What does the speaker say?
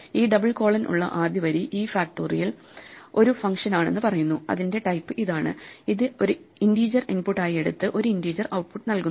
ഈ double colon ഉള്ള ആദ്യ വരി ഈ ഫാക്റ്റോറിയൽ ഒരു ഫങ്ഷൻ ആണെന്ന് പറയുന്നു അതിന്റെ ടൈപ്പ് ഇതാണ് അത് ഇന്റീജർ ഇൻപുട്ട് ആയി എടുത്ത് ഒരു ഇന്റീജർ ഔട്ട്പുട്ട് നൽകുന്നു